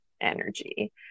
energy